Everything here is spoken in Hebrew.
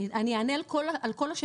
אני אענה על כל השאלות,